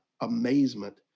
amazement